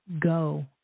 go